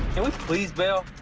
and we please bail